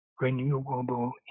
renewable